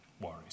worries